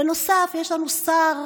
בנוסף, יש לנו שר,